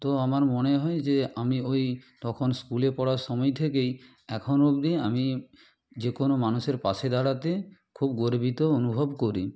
তো আমার মন হয় যে আমি ওই তখন স্কুলে পড়ার সময় থেকেই এখনও অবধি আমি যে কোনও মানুষের পাশে দাঁড়াতে খুব গর্বিত অনুভব করি